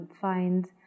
find